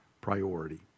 priority